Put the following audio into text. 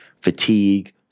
fatigue